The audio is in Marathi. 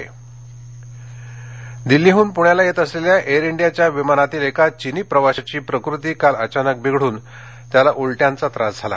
चिनी प्रवासी दिल्लीहून प्रण्याला येत असलेल्या एअर इंडियाच्या विमानातील एका चिनी प्रवाशाची प्रकृती काल अचानक बिघडून त्याला उलट्यांचा त्रास झाला